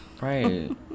Right